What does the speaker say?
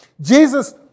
Jesus